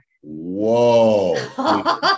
Whoa